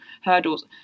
hurdles